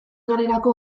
garelako